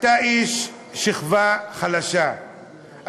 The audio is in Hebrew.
אתה איש השכבה החלשה,